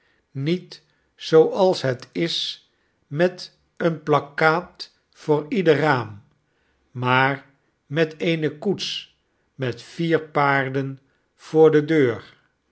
niet zooals het is met een plakkaat voor ieder raam maar met eene koets met vier paarden voor de deur